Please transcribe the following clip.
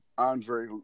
Andre